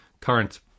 current